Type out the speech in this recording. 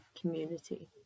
community